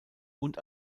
und